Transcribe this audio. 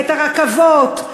את הרכבות?